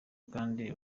kandi